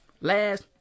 Last